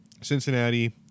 Cincinnati